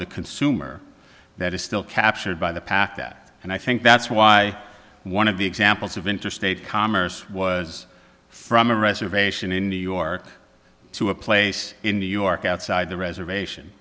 the consumer that is still captured by the pac that and i think that's why one of the examples of interstate commerce was from a reservation in new york to a place in new york outside the reservation